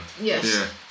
yes